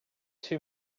too